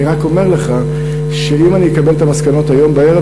אני רק אומר לך שאם אני אקבל את המסקנות היום בערב,